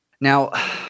Now